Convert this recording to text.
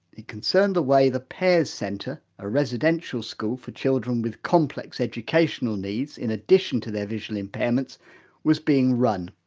it concerned the way the pear centre a residential school for children with complex educational needs in addition to their visually impairments was being run.